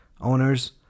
owners